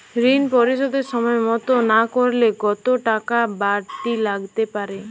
ঋন পরিশোধ সময় মতো না করলে কতো টাকা বারতি লাগতে পারে?